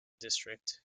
district